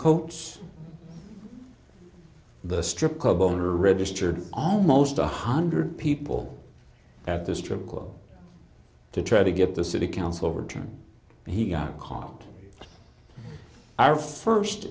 coach the strip club owner registered almost one hundred people at the strip club to try to get the city council overturned he got caught our first